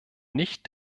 nicht